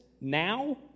now